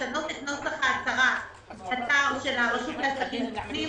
לשנות את נוסח ההצהרה- -- של הרשות לעסקים קטנים.